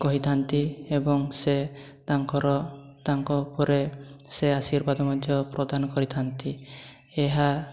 କହିଥାନ୍ତି ଏବଂ ସେ ତାଙ୍କର ତାଙ୍କ ଉପରେ ସେ ଆଶୀର୍ବାଦ ମଧ୍ୟ ପ୍ରଦାନ କରିଥାନ୍ତି ଏହା